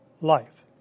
life